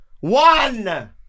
one